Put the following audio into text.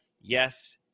yes